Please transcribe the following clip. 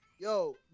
Yo